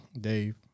Dave